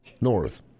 North